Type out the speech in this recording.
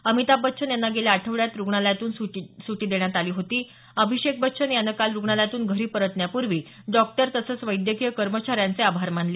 अमिताभ बच्चन यांना गेल्या आठवड्यात रुग्णालयातून सुटी देण्यात आली होती अभिषेक बच्चन यानं काल रुग्णालयातून घरी परतण्यापूर्वी डॉक्टर तसंच वैद्यकीय कर्मचाऱ्यांचे आभार मानले